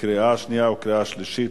קריאה שנייה וקריאה שלישית.